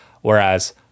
whereas